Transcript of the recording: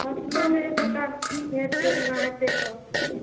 फसलो नहि एकोटा ठीक हेतै एना हेतै तऽ